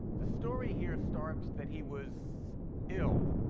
the story here starts that he was ill,